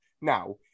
now